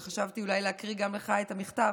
חשבתי אולי גם להקריא לך את המכתב,